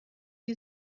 die